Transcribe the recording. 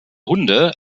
hunde